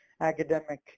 academic